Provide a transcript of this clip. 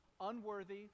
unworthy